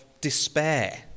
despair